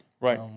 Right